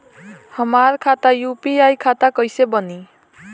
हमार खाता यू.पी.आई खाता कइसे बनी?